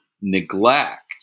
neglect